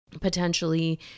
potentially